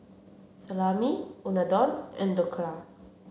Salami Unadon and Dhokla